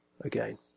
again